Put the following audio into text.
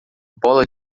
bola